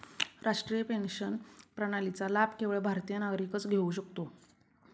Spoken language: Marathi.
राष्ट्रीय पेन्शन प्रणालीचा लाभ केवळ भारतीय नागरिकच घेऊ शकतो